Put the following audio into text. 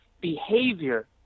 behavior